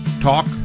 talk